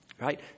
Right